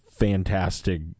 fantastic